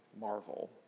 marvel